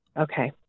Okay